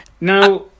Now